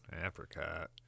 apricot